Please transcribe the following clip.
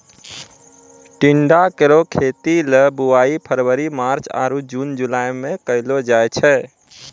टिंडा केरो खेती ल बुआई फरवरी मार्च आरु जून जुलाई में कयलो जाय छै